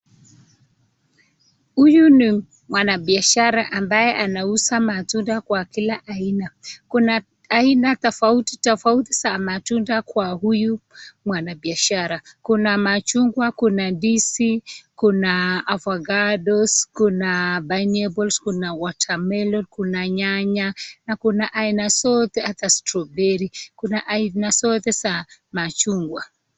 Huyu ni mwanabiashara ambaye anauza matunda kwa kila aina. Kuna aina tofauti tofauti za matunda kwa huyu mwanabiashara. Kuna machungwa, kuna ndizi, kuna avocados , kuna pineapples , kuna watermelon , kuna nyanya, na kuna aina zote hata strawberry . Kuna aina zote za machungwa.